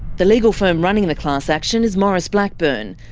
the legal firm running the class action is maurice blackburn.